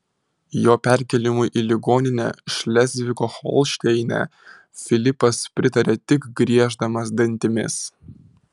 jo perkėlimui į ligoninę šlezvigo holšteine filipas pritarė tik grieždamas dantimis